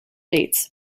dates